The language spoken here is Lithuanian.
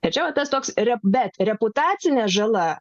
tačiau tas toks yra bet reputacinė žala